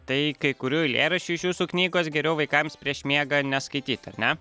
tai kai kurių eilėraščių iš jūsų knygos geriau vaikams prieš miegą neskaityt ar ne